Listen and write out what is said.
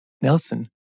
Nelson